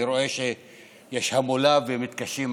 אני רואה שיש המולה ומתקשים,